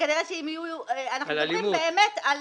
אנחנו מדברים באמת על